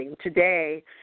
today